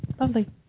Lovely